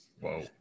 Whoa